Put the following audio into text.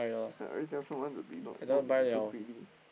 I already tell someone to be not not so greedy